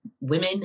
women